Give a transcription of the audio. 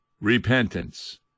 repentance